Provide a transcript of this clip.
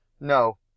no